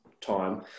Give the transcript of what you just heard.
time